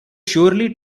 surely